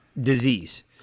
disease